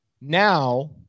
Now